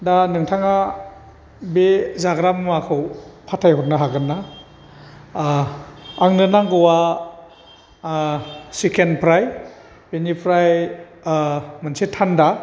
दा नोंथाङा बे जाग्रा मुवाखौ फाथायहरनो हागोन ना आंनो नांगौआ चिकेन फ्राय बेनिफ्राय मोनसे थान्डा